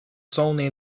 zones